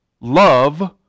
Love